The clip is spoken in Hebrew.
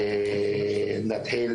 ונתחיל